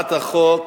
הצעת החוק